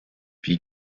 wie